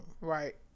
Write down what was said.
Right